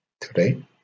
today